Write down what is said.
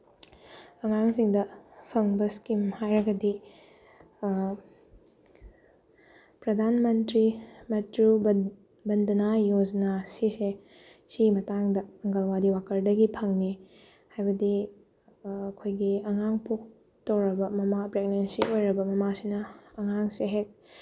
ꯑꯉꯥꯡꯁꯤꯡꯗ ꯐꯪꯕ ꯏꯁꯀꯤꯝ ꯍꯥꯏꯔꯒꯗꯤ ꯄ꯭ꯔꯙꯥꯟ ꯃꯟꯇ꯭ꯔꯤ ꯃꯟꯆꯨ ꯕꯟꯗꯅꯥ ꯌꯣꯖꯅꯥ ꯁꯤꯁꯦ ꯁꯤꯒꯤ ꯃꯇꯥꯡꯗ ꯑꯪꯒꯜꯋꯥꯗꯤ ꯋꯥꯀꯔꯗꯒꯤ ꯐꯪꯉꯤ ꯍꯥꯏꯕꯗꯤ ꯑꯩꯈꯣꯏꯒꯤ ꯑꯉꯥꯡ ꯄꯣꯛ ꯇꯧꯔꯕ ꯃꯃꯥ ꯄ꯭ꯔꯦꯛꯅꯦꯟꯁꯤ ꯑꯣꯏꯔꯕ ꯃꯃꯥꯁꯤꯅ ꯑꯉꯥꯡꯁꯦ ꯍꯦꯛ